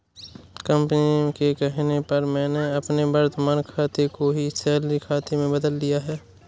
company के कहने पर मैंने अपने वर्तमान खाते को ही सैलरी खाते में बदल लिया है